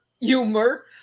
humor